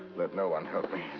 let no one help me.